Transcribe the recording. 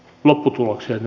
lopputuloksen